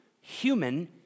human